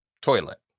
toilet